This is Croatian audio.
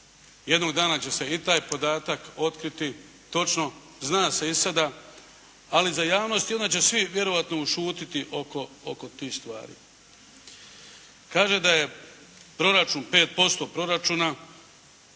Jednog dana će se i taj podatak otkriti točno. Zna se i sada, ali za javnost onda će vjerojatno svi ušutiti oko tih stvari. Kaže da je proračun 5% proračuna.